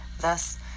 Thus